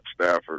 Stafford